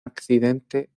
accidente